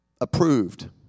approved